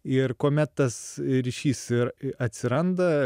ir kuomet tas ryšys ir atsiranda